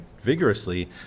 vigorously